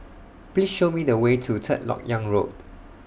Please Show Me The Way to Third Lok Yang Road